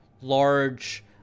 large